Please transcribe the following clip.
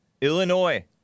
Illinois